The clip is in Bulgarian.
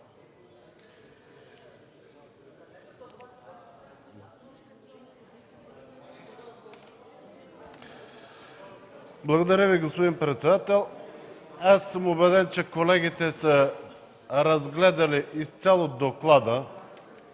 Благодаря Ви, господин председател. Аз съм убеден, че колегите са разгледали изцяло доклада